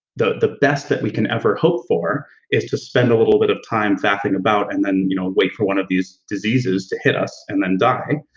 the the best that we can ever hope for is to spend a little bit of time faffing about and then you know wait for one of these diseases to hit us and then die.